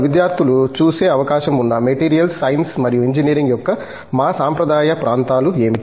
విద్యార్థులు చూసే అవకాశం ఉన్న మెటీరియల్స్ సైన్స్ మరియు ఇంజనీరింగ్ యొక్క మా సాంప్రదాయ ప్రాంతాలు ఏమిటి